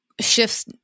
shifts